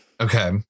Okay